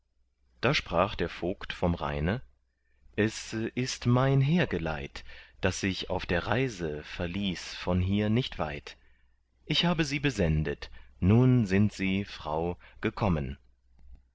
da sprach der vogt vom rheine es ist mein heergeleit das ich auf der reise verließ von hier nicht weit ich habe sie besendet nun sind sie frau gekommen